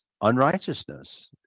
unrighteousness